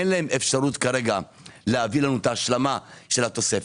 אין להם כרגע אפשרות כרגע להביא לנו את ההשלמה של התוספת.